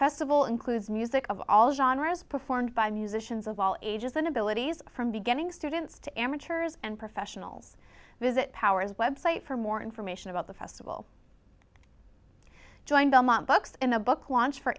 festival includes music of all genres performed by musicians of all ages and abilities from beginning students to amateurs and professionals visit powers website for more information about the festival join belmont books in the book launch for